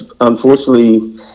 unfortunately